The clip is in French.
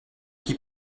qui